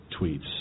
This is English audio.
tweets